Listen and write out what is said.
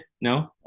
No